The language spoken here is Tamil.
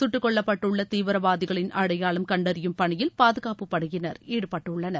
கட்டுக்கொல்லப்பட்டுள்ள தீவிரவாதிகளின் அடையாளம் கண்டறியும் பணியில் பாதுகாப்புப் படையினர் ஈடுபட்டுள்ளனர்